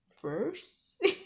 First